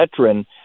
veteran